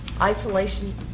isolation